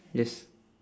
yes